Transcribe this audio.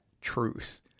truth